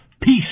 peace